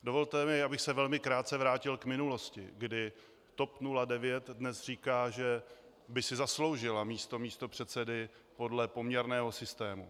Dovolte mi, abych se velmi krátce vrátil k minulosti, kdy TOP 09 dnes říká, že by si zasloužila místo místopředsedy podle poměrného systému.